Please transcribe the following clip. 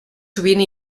sovint